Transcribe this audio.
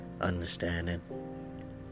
understanding